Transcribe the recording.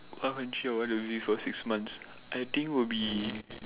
what country I want to visit for six month I think will be